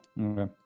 Okay